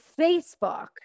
Facebook